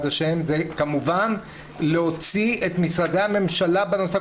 השם זה כמובן להוציא את משרדי הממשלה בנושא,